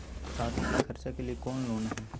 सादी के खर्चा के लिए कौनो लोन है?